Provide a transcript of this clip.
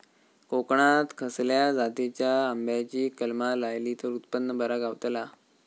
कोकणात खसल्या जातीच्या आंब्याची कलमा लायली तर उत्पन बरा गावताला?